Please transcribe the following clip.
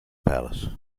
palace